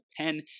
pen